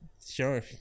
sure